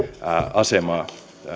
asemaa